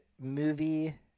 movie